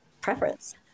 preference